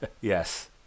Yes